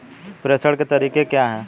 प्रेषण के तरीके क्या हैं?